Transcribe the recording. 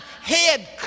head